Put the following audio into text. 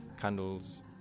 candles